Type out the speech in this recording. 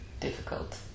Difficult